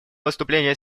выступление